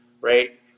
right